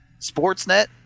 Sportsnet